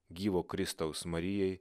gyvo kristaus marijai